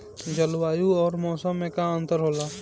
जलवायु और मौसम में का अंतर होला?